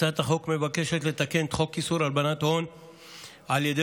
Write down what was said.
הצעת החוק מבקשת לתקן את חוק איסור הלבנת הון על ידי